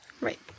Right